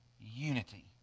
unity